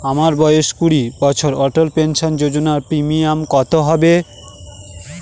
আমার বয়স কুড়ি বছর অটল পেনসন যোজনার প্রিমিয়াম কত হবে?